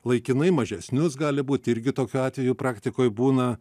laikinai mažesnius gali būt irgi tokių atvejų praktikoj būna